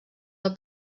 del